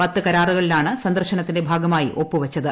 പത്ത് കരാറുകളിലാണ് സന്ദർശനത്തിന്റെ ഭാഗമായി ഒപ്പു വച്ചത്